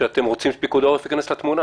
שאתם רוצים שפיקוד העורף ייכנס לתמונה?